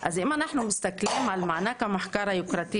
אם אנחנו מסתכלים על מענק המחקר היוקרתי